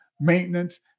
maintenance